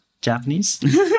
Japanese